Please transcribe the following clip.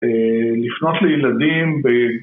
לפנות לילדים